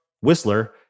Whistler